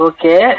Okay